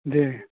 जी